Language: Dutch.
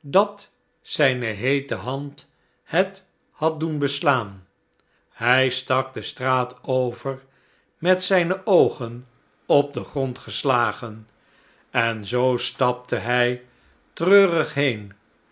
dat zijne heete hand het had doen beslaan hij stak de straat over met zijne oogen op den grond geslagen en zoo stapte hij treurig heen